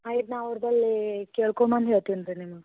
ಆಯ್ತು ನಾವು ಅವ್ರು ಬಳಿ ಕೇಳ್ಕೊಂಡು ಬಂದು ಹೇಳ್ತೀನಿ ರೀ ನಿಮ್ಗೆ